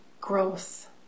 growth